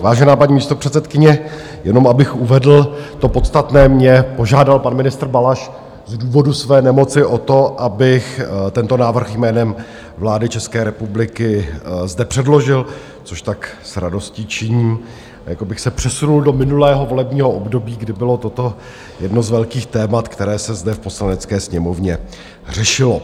Vážená paní místopředsedkyně, jenom abych uvedl to podstatné, mě požádal pan ministr Balaš z důvodu své nemoci o to, abych tento návrh jménem vlády České republiky zde předložil, což tak s radostí činím, jako bych se přesunul do minulého volebního období, kdy bylo toto jedno z velkých témat, které se zde v Poslanecké sněmovně řešilo.